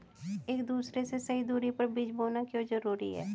एक दूसरे से सही दूरी पर बीज बोना क्यों जरूरी है?